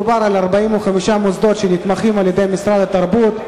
מדובר על 45 מוסדות שנתמכים על-ידי משרד התרבות.